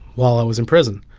while i was in prison.